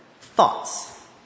thoughts